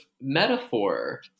metaphor